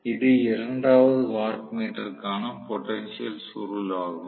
இது இரண்டாவது வாட் மீட்டருக்கான பொடென்ஷியல் சுருள் ஆகும்